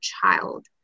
child